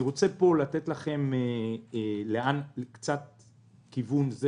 אני רוצה לתת לכם קצת כיוון.